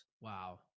Wow